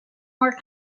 more